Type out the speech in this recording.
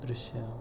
ದೃಶ್ಯ